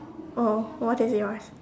oh what is yours